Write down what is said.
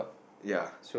ya